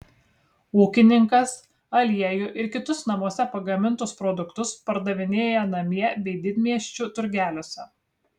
ūkininkas aliejų ir kitus namuose pagamintus produktus pardavinėja namie bei didmiesčių turgeliuose